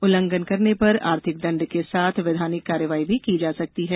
उल्लंघन करने पर आर्थिक दंड के साथ वैधानिक कार्रवाई भी की जा सकती है